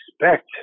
expect